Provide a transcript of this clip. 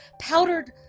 powdered